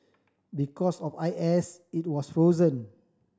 because of I S it was frozen